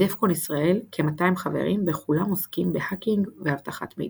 ב-Defcon ישראל כ-200 חברים וכולם עוסקים בהאקינג ואבטחת מידע.